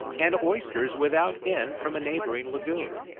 and oysters without end from a neighbouring lagoon.